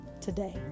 today